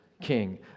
king